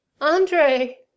Andre